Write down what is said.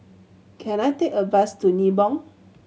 can I take a bus to Nibong